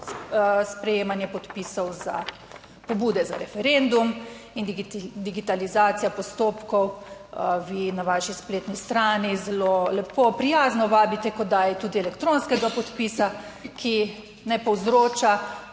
sprejemanje podpisov za pobude za referendum in digitalizacija postopkov. Vi na vaši spletni strani zelo lepo prijazno vabite k oddaji tudi elektronskega podpisa, ki ne povzroča